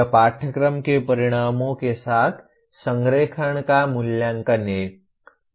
यह पाठ्यक्रम के परिणामों के साथ संरेखण का मूल्यांकन है